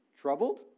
troubled